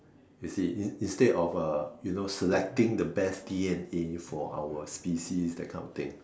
you see in instead of uh you know selecting the best D_N_A for our species that kind of thing